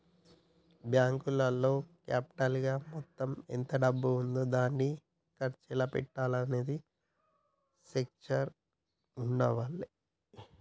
బ్యేంకులో క్యాపిటల్ గా మొత్తం ఎంత డబ్బు ఉంది దాన్ని ఎలా ఖర్చు పెట్టాలి అనే స్ట్రక్చర్ ఉండాల్ల